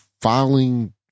filing